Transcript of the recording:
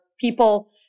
people